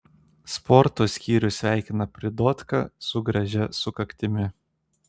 sporto skyrius sveikina pridotką su gražia sukaktimi